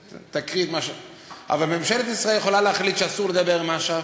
אבל ממשלת ישראל יכולה להחליט שאסור לדבר עם אש"ף,